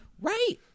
right